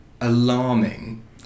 alarming